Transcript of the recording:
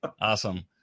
Awesome